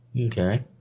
Okay